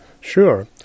Sure